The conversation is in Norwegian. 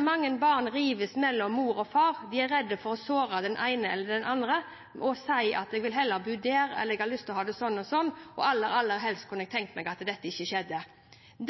Mange barn rives mellom mor og far og er redde for å såre den ene eller den andre ved å si at de heller vil bo det ene stedet framfor det andre, at man har lyst å ha det sånn og sånn, og at de aller, aller helst kunne tenkt seg at dette ikke skjedde.